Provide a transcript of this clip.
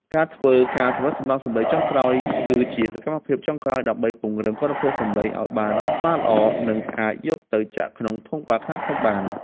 ការធ្វើ ការសម្រិតសម្រាំងសំឡេងចុងក្រោយ គឺជាសកម្មភាពចុងក្រោយដើម្បីពង្រឹងគុណភាពសំឡេងឱ្យបានស្មើល្អ និងអាចយកទៅចាក់ក្នុងធុងបាសខ្នាតធំបាន។